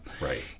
Right